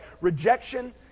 Rejection